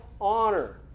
honor